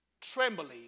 trembling